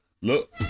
Look